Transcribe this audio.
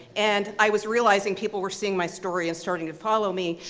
and i was realizing people were seeing my story, and starting to follow me,